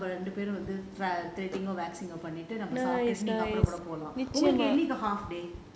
வந்து நம்ம ரெண்டு பேரும் வந்து பண்ணிட்டு நம்ம சாப்டுட்டு நீங்க அப்புறம் கூட போகலாம்:vanthu namma rendu perum vanthu panittu namma saaptutu neenga appuram kuda pogalaam